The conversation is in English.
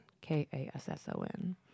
K-A-S-S-O-N